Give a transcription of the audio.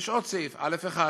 יש עוד סעיף קטן: "(א1)